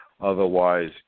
Otherwise